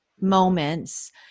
moments